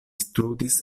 studis